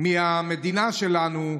מהמדינה שלנו,